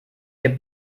hier